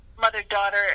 mother-daughter